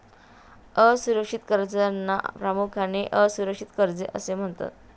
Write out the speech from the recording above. असुरक्षित कर्जांना प्रामुख्याने असुरक्षित कर्जे असे म्हणतात